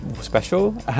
special